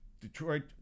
Detroit